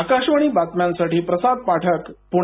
आकाशवाणी बातम्यांसाठी प्रसाद पाठक पुणे